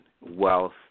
wealth